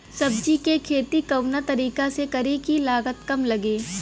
सब्जी के खेती कवना तरीका से करी की लागत काम लगे?